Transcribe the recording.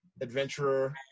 adventurer